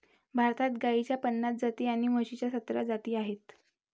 भारतात गाईच्या पन्नास जाती आणि म्हशीच्या सतरा जाती आहेत